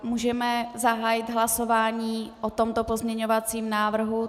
Můžeme zahájit hlasování o tomto pozměňovacím návrhu.